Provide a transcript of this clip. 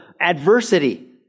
adversity